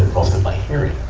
in my ear.